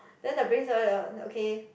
then the okay